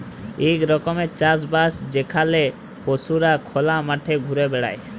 ইক রকমের চাষ বাস যেখালে পশুরা খলা মাঠে ঘুরে বেড়ায়